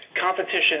competition